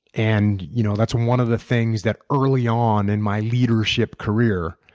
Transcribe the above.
and you know that's one of the things that early on in my leadership career,